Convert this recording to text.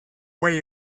way